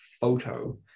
photo